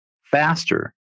faster